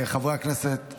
חברי הכנסת,